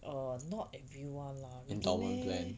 endowment plan